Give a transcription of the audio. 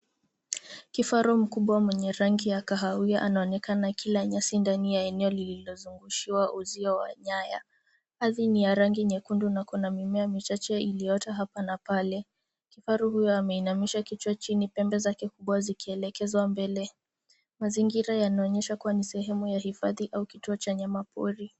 Kifaru mkubwa mwenye rangi ya kahawia anaonekana akila nyasi ndani ya eneo lililozungushiwa uzio wa nyaya. Makaazi ni ya rangi nyekundu na kuna mimea michache iliyoota hapa na pale. Kifaru huyo ameinamisha kichwa chini pembe zake kubwa zikielekeza mbele. mazingira yanaonyesha kuwa ni sehemu ya hifadhi au kituo cha wanyama pori.